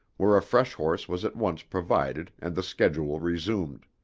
where a fresh horse was at once provided and the schedule resumed.